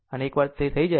આમ એકવાર તે થઈ જાય